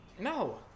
No